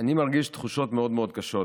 אני מרגיש תחושות מאוד מאוד קשות